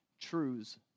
truths